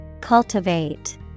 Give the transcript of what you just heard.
Cultivate